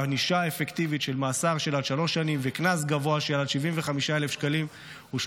ענישה אפקטיבית של מאסר של עד שלוש שנים וקנס גבוה של עד 75,300 שקלים,